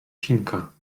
chinka